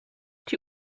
die